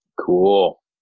Cool